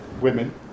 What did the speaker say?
women